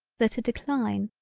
that a decline,